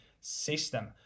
system